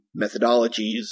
methodologies